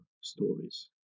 stories